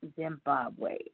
Zimbabwe